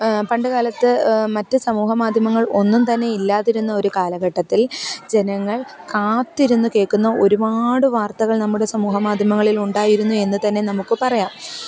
പണ്ടുകാലത്ത് മറ്റു സമൂഹമാധ്യമങ്ങൾ ഒന്നുംതന്നെ ഇല്ലാതിരുന്നൊരു കാലഘട്ടത്തിൽ ജനങ്ങൾ കാത്തിരുന്ന് കേൾക്കുന്ന ഒരുപാട് വാർത്തകൾ നമ്മുടെ സമൂഹമാധ്യമങ്ങളിലുണ്ടായിരുന്നു എന്ന് തന്നെ നമുക്ക് പറയാം